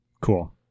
Cool